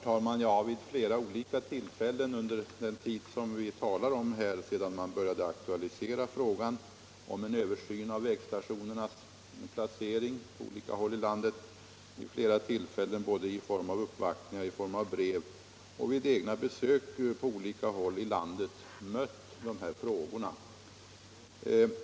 Herr talman! Sedan frågan börjat aktualiseras om en översyn av vägstationernas placering på olika håll i landet har jag vid flera tillfällen i form av uppvaktningar och brev och genom egna besök på olika håll i landet mött de här frågorna.